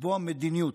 לקבוע מדיניות.